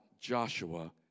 Joshua